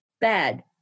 bad